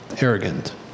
Arrogant